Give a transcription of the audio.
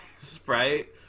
Sprite